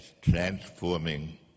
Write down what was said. transforming